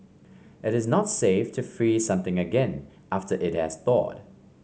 it is not safe to freeze something again after it has thawed